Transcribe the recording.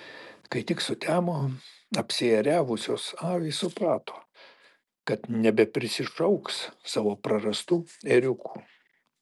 kai tik sutemo apsiėriavusios avys suprato kad nebeprisišauks savo prarastų ėriukų